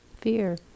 fear